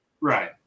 Right